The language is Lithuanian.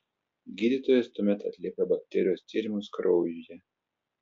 gydytojas tuomet atlieka bakterijos tyrimus kraujuje